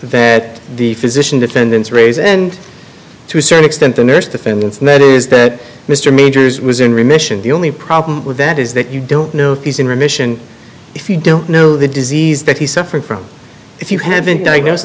that the physician defendants raise and to a certain extent the nurse defendants and that is that mr majors was in remission the only problem with that is that you don't know if he's in remission if you don't know the disease that he's suffering from if you have been diagnosed